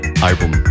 Album